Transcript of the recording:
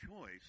choice